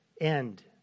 end